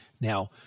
Now